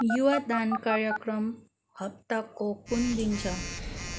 युवा दान कार्यक्रम हप्ताको कुन दिन छ